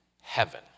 heaven